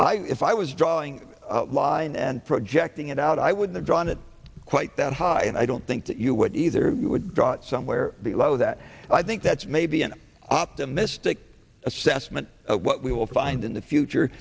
i if i was drawing a line and projecting it out i would have drawn it quite that high and i don't think that you would either got somewhere below that i think that's maybe an optimistic assessment of what we will find in the future